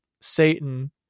Satan